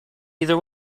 either